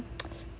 the